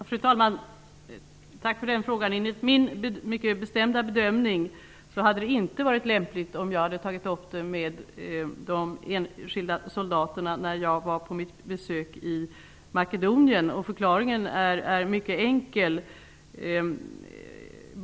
Fru talman! Tack för den frågan. Enligt min uppfattning hade det inte varit lämpligt för mig att ta upp denna fråga med de enskilda soldaterna under mitt besök i Makedonien. Förklaringen är mycket enkel.